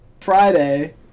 Friday